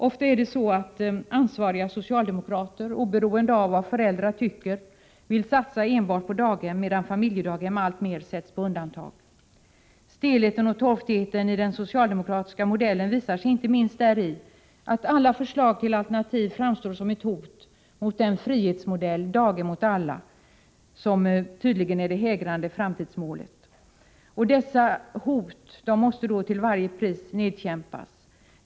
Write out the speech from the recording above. Ofta är det så att ansvariga socialdemokrater, oberoende av vad föräldrarna tycker, vill satsa enbart på daghem, medan familjedaghem alltmer sätts på undantag. Stelheten och torftigheten i den socialdemokratiska modellen visar sig inte minst däri att alla förslag till alternativ framstår som ett hot mot den frihetsmodell, ”daghem åt alla”, som tydligen är det hägrande framtidsmålet. Och dessa hot måste till varje pris nedkämpas.